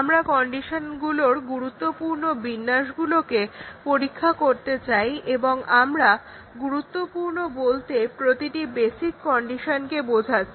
আমরা কন্ডিশনগুলোর গুরুত্বপূর্ণ বিন্যাসগুলোকে পরীক্ষা করতে চাই এবং আমরা গুরুত্বপূর্ণ বলতে প্রতিটি বেসিক কন্ডিশনকে বোঝাচ্ছি